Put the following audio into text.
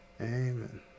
Amen